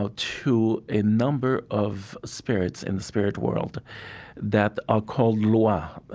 ah to a number of spirits in the spirit world that are called lwa,